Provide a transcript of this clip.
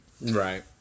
Right